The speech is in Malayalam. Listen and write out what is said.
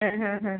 ഹാ ഹാ